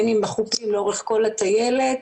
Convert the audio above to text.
בין אם בחופים לאורך כל הטיילת,